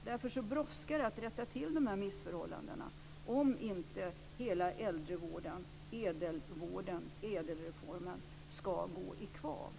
Det brådskar att rätta till dessa missförhållanden om inte hela äldrevården - ädelvården eller ädelreformen - skall gå i kvav.